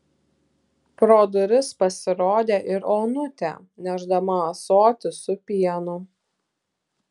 pro duris pasirodė ir onutė nešdama ąsotį su pienu